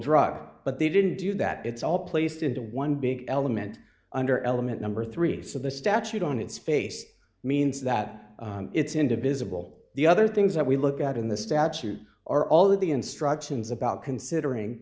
drugs but they didn't do that it's all placed into one big element under element number three so the statute on its face means that it's into visible the other things that we look at in the statute are all the instructions about considering